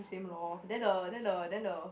same lor then the then the then the